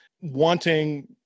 wanting